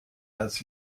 das